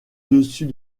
dessus